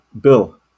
Bill